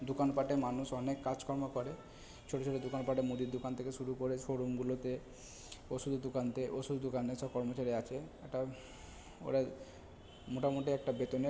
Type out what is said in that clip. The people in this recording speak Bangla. দোকানপাটে মানুষ অনেক কাজকর্ম করে ছোটো ছোটো দোকানপাটে মুদির দোকান থেকে শুরু করে শোরুমগুলোতে ওষুধের দুকানতে ওষুধ দোকানের সব কর্মচারী আছে একটা ওরা মোটামুটি একটা বেতনের